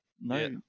no